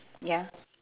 ya